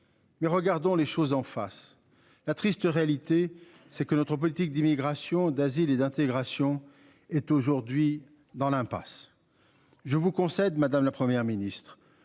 Mais regardons les choses en face, la triste réalité, c'est que notre politique d'immigration, d'asile et d'intégration est aujourd'hui dans l'impasse. Je vous concède madame, la Première ministre